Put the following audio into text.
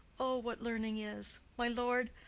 o, what learning is! my lord,